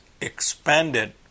expanded